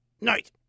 Night